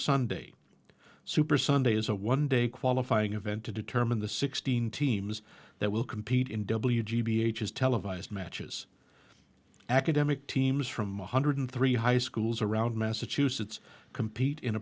sunday super sunday is a one day qualifying event to determine the sixteen teams that will compete in w g b h is televised matches academic teams from one hundred three high schools around massachusetts compete in